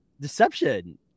deception